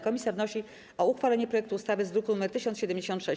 Komisja wnosi o uchwalenie projektu ustawy z druku nr 1076.